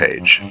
page